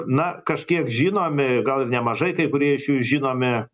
na kažkiek žinomi gal ir nemažai kai kurie iš jų žinomi